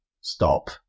stop